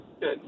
Good